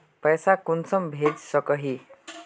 पैसा कुंसम भेज सकोही?